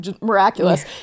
miraculous